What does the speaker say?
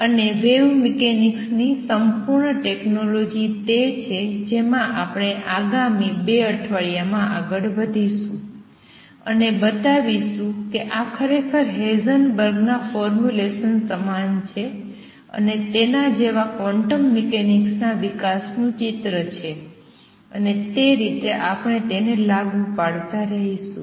અને વેવ મિકેનિક્સની સંપૂર્ણ ટેક્નોલોજી તે છે જેમાં આપણે આગામી ૨ અઠવાડિયામાં આગળ વધીશું અને બતાવીશું કે આ ખરેખર હિઝનબર્ગના ફોર્મ્યુલેશન સમાન છે અને તેના જેવા ક્વોન્ટમ મિકેનિક્સના વિકાસનું ચિત્ર છે અને તે રીતે આપણે તેને લાગુ પાડતા રહીશું